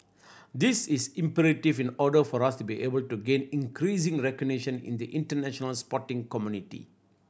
this is imperative in order for us to be able to gain increasing recognition in the international sporting community